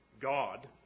God